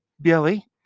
Billy